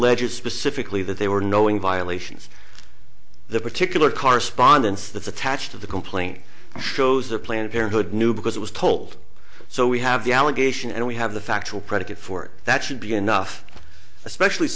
alleges specifically that they were knowing violations the particular correspondence that attached to the complaint shows the planned parenthood knew because it was told so we have the allegation and we have the factual predicate for that should be enough especially